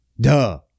Duh